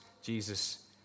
Jesus